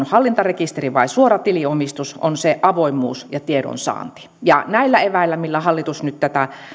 hallintarekisteri vai suora tiliomistus on se avoimuus ja tiedonsaanti ja näillä eväillä millä hallitus nyt tätä